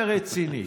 עמוקה ורצינית.